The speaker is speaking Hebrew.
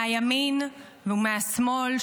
מהימין ומהשמאל,